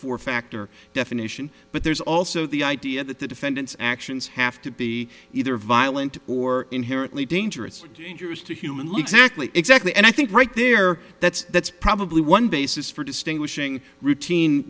four factor definition but there's also the idea that the defendant's actions have to be either violent or inherently dangerous dangerous to human looks exactly exactly and i think right there that's that's probably one basis for distinguishing routine